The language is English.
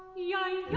young